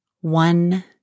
one